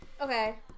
Okay